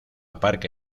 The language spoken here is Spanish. parque